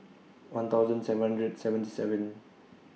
one thousand seven hundred and seventy seven